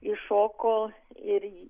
iššoko ir